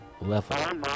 level